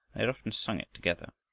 had often sung it together